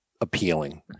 appealing